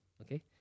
okay